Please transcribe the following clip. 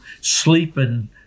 sleeping